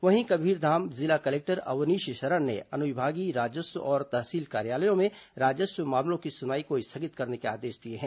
वहीं कबीरधाम जिला कलेक्टर अवनीश शरण ने अनुविभागीय राजस्व और तहसील कार्यालयों में राजस्व मामलों की सुनवाई को स्थगित करने के आदेश दिए हैं